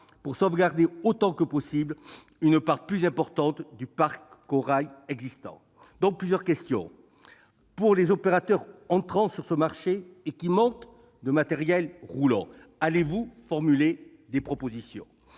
pour sauvegarder autant que possible une part plus importante du parc Corail existant. J'ai donc plusieurs questions. Pour les opérateurs entrants sur ce marché et qui manquent de matériel roulant, allez-vous formuler des propositions ?